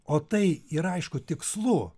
o tai ir aišku tikslu